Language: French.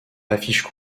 affiche